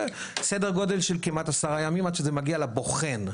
סדר גודל של כמעט עשרה ימים עד שזה מגיע לבוחן.